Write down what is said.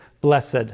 blessed